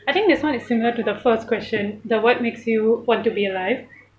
I think this one is similar to the first question the what makes you want to be alive